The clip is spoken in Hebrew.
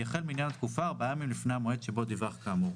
יחל מניין התקופה ארבעה ימים לפני המועד שבו דיווח כאמור".